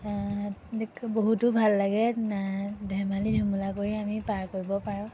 এ বহুতো ভাল লাগে আ ধেমালি ধূমূলা কৰি আমি পাৰ কৰিব পাৰোঁ